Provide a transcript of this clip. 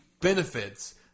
benefits